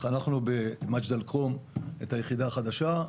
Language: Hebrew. חנכנו במג'דל כרום את היחידה החדשה,